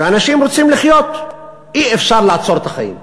ואנשים רוצים לחיות, אי-אפשר לעצור את החיים.